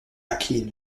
acquis